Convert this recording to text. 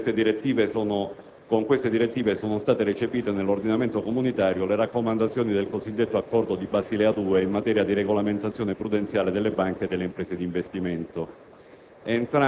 Con queste direttive sono state recepite nell'ordinamento comunitario le raccomandazioni del cosiddetto Accordo di Basilea 2 in materia di regolamentazione prudenziale delle banche e delle imprese di investimento.